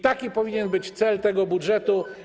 Taki powinien być cel tego budżetu.